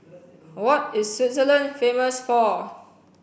what is Switzerland famous for